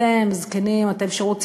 אתם זקנים, אתם שירות ציבורי,